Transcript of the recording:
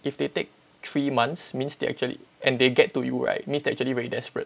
if they take three months means they actually and they get to you right means they actually very desperate